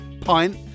pint